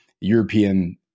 european